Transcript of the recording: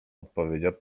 odpowiedział